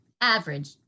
average